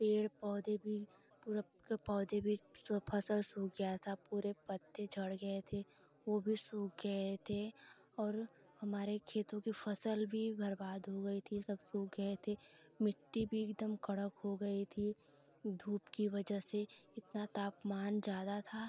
पेड़ पौधे भी पूरा के पौधे भी सब फसल सूख गया था पूरे पत्ते झड़ गए थे वो भी सूख गए थे और हमारे खेतों की फसल भी बर्बाद हो गई थी सब सूख गए थे मिट्टी भी एकदम कड़क हो गई थी धूप की वजा से इतना तापमान ज़्यादा था